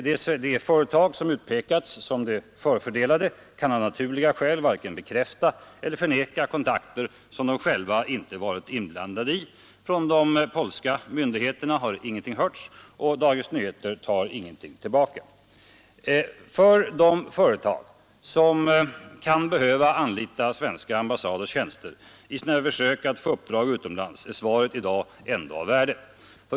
Det företag som utpekats som det förfördelade kan av naturliga skäl varken bekräfta eller förneka kontakter som det självt inte varit inblandat i. Från de polska myndigheterna har ingenting hörts, och Dagens Nyheter tar ingenting tillbaka. För de företag som kan behöva anlita svenska ambassaders tjänster i sina försök att få uppdrag utomlands är svaret i dag ändå av värde.